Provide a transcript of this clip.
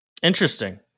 Interesting